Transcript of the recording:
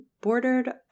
bordered